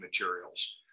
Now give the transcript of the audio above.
materials